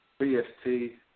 BST